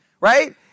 right